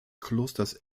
klosters